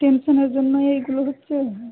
টেনশনের জন্যই এইগুলো হচ্ছে